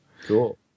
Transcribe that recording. Cool